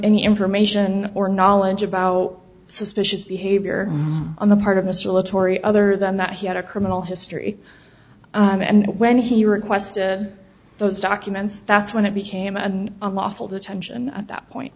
any information or knowledge about suspicious behavior on the part of mr le turi other than that he had a criminal history and when he requested those documents that's when it became an unlawful detention at that point